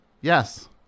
yes